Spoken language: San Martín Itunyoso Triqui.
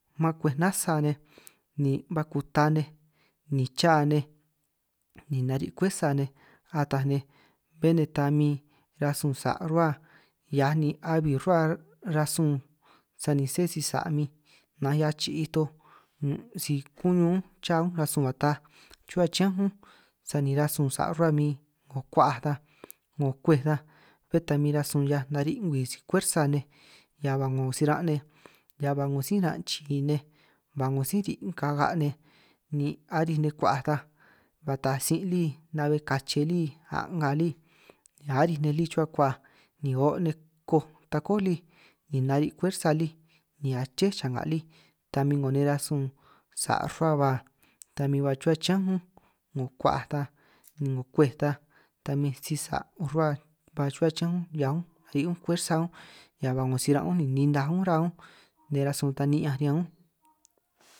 Mán kwej nasa nej ni ba kutaj nej ni chaj nej ni nari' kwersa nej ataj nej, bé nej ta min rasun sa' ruhua hiaj ni abi nin' rruhua rasun, sani sé si sa' min nanj 'hiaj chiij toj si kuñun únj chá únj rasun ba taaj chuhua chiñán únj, sani rasun sa' rruhua min 'ngo ku'huaj ta 'ngo kwej ta bé ta min rasun 'hiaj nari' ngwii si kwersa nej, hia nga 'ngo si ran' nej hia ba 'ngo sí ran chii nej ba 'ngo sí ri' kaga' nej, ni aríj nej ku'huaj ta ba taaj sin' lí na'be kache lí a'nga lí arij nej lí chuhua ku'huaj, ni o' nej koj takó li ni nari' fuersa lí ni aché cha'nga lí, ta min 'ngo nej rasun sa' rruhua ba ta min ba chuhua chiñánj únj, 'ngo ku'huaj ta 'ngo kwej ta min si sa' 'ngo rruba ba chuhua chiñánj únj, cha únj kiri' únj kiri' únj fuersa, hia ba 'ngo si ranj únj ni ninaj únj ruhua únj nej rasun ta ni'ñan riñan únj.